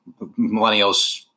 millennials